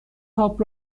تاپ